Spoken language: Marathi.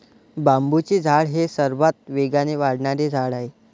बांबूचे झाड हे सर्वात वेगाने वाढणारे झाड आहे